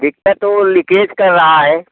दिक्कत वो लीकेज कर रहा है